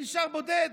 נשאר בודד,